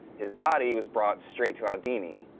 his body was brought straight to aldini,